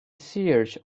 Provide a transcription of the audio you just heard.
search